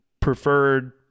preferred